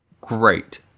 Great